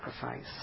sacrifice